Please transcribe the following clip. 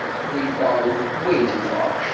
we've gone way too far.